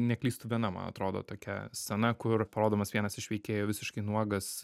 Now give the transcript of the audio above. neklystu viena man atrodo tokia scena kur parodomas vienas iš veikėjų visiškai nuogas